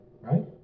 right